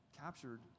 captured